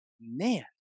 Man